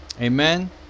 amen